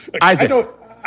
Isaac